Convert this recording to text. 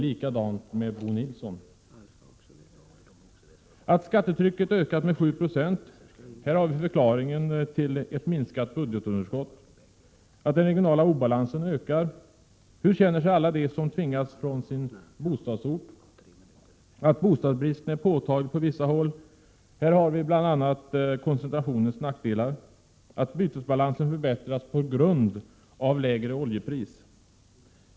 Detsamma gäller Bo Nilssons uttalande. Skattetrycket har ökat med 7 96. Här har vi förklaringen till ett minskat budgetunderskott. Den regionala obalansen ökar. Hur känner sig alla de som tvingas från sin bostadsort? Bostadsbristen är påtaglig på vissa håll. Här har vi bl.a. koncentrationens nackdelar. Bytesbalansen har förbättrats på grund av lägre oljepris.